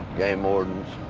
game wardens.